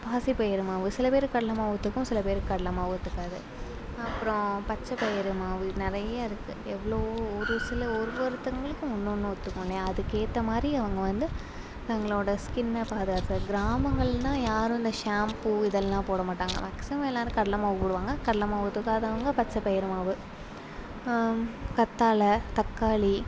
பாசி பயறு மாவு சிலபேருக்கு கடலை மாவு ஒத்துக்கும் சில பேருக்கு கடலை மாவு ஒத்துக்காது அப்புறம் பச்சை பயறு மாவு நிறைய இருக்குது எவ்வளோவோ ஒரு சில ஒருவொருத்தவர்களுக்கும் ஒன்று ஒன்று ஒத்துக்கும் இல்லையா அதுக்கு ஏற்றமாரி அவங்க வந்து தங்களோடய ஸ்கின்னை பாதுகாக்க கிராமங்கள்லெலாம் யாரும் இந்த ஷேம்பு இதெலாம் போட மாட்டாங்க மேக்சிமம் எல்லோரும் கடலை மாவு போடுவாங்க கடலை மாவு ஒத்துக்காதவங்கள் பச்சை பயறு மாவு கத்தாழை தக்காளி